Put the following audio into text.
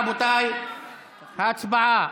רבותיי, הצבעה.